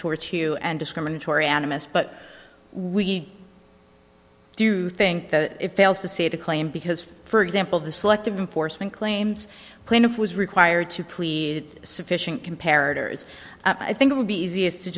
towards you and discriminatory animus but we do think that it fails to say to claim because ferg sample the selective enforcement claims plaintiff was required to plead sufficient compared i think it would be easiest to